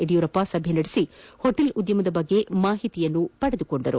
ಯಡಿಯೂರಪ್ಪ ಸಭೆ ನಡೆಸಿ ಹೋಟೆಲ್ ಉದ್ವಮದ ಬಗ್ಗೆ ಮಾಹಿತಿ ಪಡೆದುಕೊಂಡರು